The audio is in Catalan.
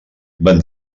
van